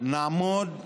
נעמוד להצבעה,